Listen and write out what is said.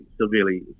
severely